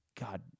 God